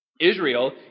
Israel